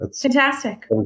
Fantastic